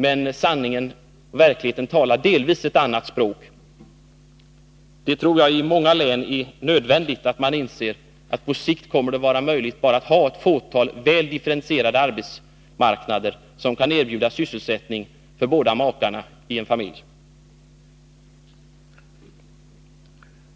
Men verkligheten talar ett delvis annat språk. Jag tror att det är nödvändigt att man i många län inser att det på sikt bara kommer att vara möjligt att ha ett fåtal, väl differentierade arbetsmarknader, som kan erbjuda sysselsättning för båda makarna i en familj.